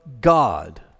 God